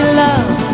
love